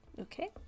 okay